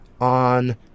on